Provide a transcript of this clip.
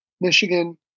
Michigan